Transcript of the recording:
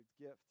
gift